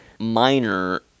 minor